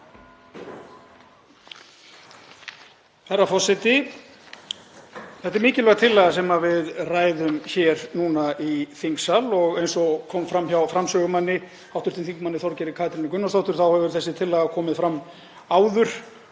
Þetta er mikilvæg tillaga sem við ræðum hér í þingsal. Eins og kom fram hjá framsögumanni, hv. þm. Þorgerði Katrínu Gunnarsdóttur þá hefur þessi tillaga komið fram áður